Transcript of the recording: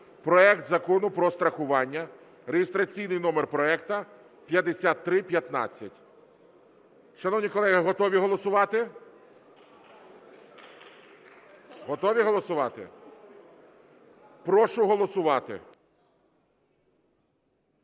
проект Закону про страхування (реєстраційний номер проекту 5315). Шановні колеги, готові голосувати? Готові голосувати? Прошу голосувати.